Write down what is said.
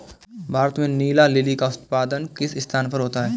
भारत में नीला लिली का उत्पादन किस स्थान पर होता है?